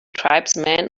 tribesman